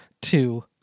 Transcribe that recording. two